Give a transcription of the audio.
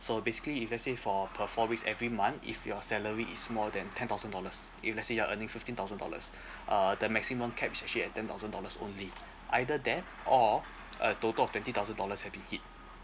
so basically if let's say for per four weeks every month if your salary is more than ten thousand dollars if let's say you're earning fifteen thousand dollars uh the maximum cap is actually at ten thousand dollars only either that or a total of twenty thousand dollars have been hit